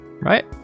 right